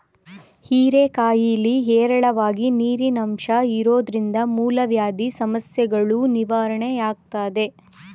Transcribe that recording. ಹೀರೆಕಾಯಿಲಿ ಹೇರಳವಾಗಿ ನೀರಿನಂಶ ಇರೋದ್ರಿಂದ ಮೂಲವ್ಯಾಧಿ ಸಮಸ್ಯೆಗಳೂ ನಿವಾರಣೆಯಾಗ್ತದೆ